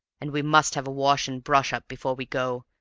and we must have a wash-and-brush-up before we go,